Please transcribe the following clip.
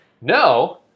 no